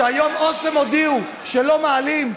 כשהיום אוסם הודיעו שלא מעלים,